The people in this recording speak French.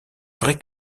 vrai